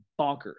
bonkers